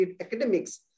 academics